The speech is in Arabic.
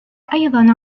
أيضا